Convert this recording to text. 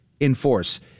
enforce